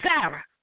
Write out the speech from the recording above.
Sarah